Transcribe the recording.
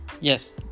Yes